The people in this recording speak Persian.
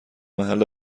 محل